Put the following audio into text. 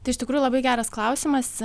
tai iš tikrųjų labai geras klausimas